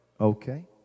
okay